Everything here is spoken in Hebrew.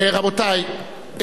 רבותי,